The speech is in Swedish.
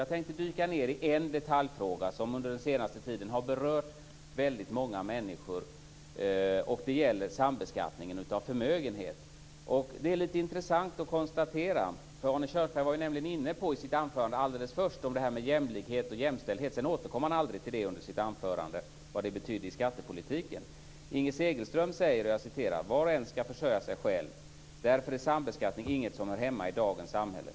Jag tänkte dyka ned i en detaljfråga som under den senaste tiden har berört väldigt många människor. Det gäller sambeskattningen av förmögenhet. Det är lite intressant att konstatera följande. Arne Kjörnsberg var i sitt anförande inne på det här med jämlikhet och jämställdhet. Sedan återkom han aldrig under sitt anförande till vad det betyder i skattepolitiken. Inger Segelström säger: Var och en ska försörja sig själv. Därför är sambeskattning inget som hör hemma i dagens samhälle.